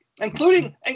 including